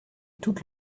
toute